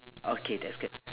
okay that's good